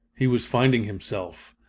he was finding himself,